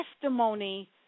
testimony